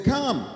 Come